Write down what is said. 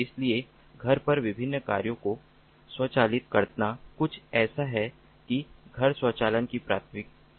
इसलिए घर पर विभिन्न कार्यों को स्वचालित करना कुछ ऐसा है जो घर स्वचालन की प्राथमिक चिंता है